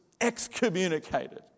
excommunicated